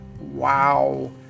Wow